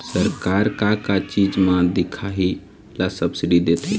सरकार का का चीज म दिखाही ला सब्सिडी देथे?